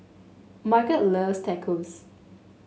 Margot loves Tacos